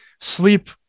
sleep